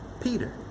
Peter